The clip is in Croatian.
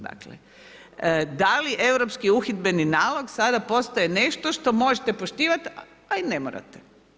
Da li europski uhidbeni nalog sada postaje nešto što možete poštivati a i ne morate?